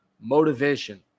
Motivation